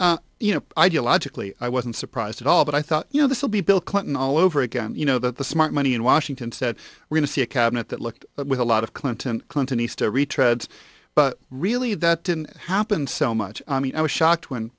so you know ideologically i wasn't surprised at all but i thought you know this will be bill clinton all over again you know that the smart money in washington said we're going to see a cabinet that looked with a lot of clinton clinton he still retreads but really that didn't happen so much on me i was shocked when